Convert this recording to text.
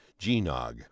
Genog